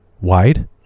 wide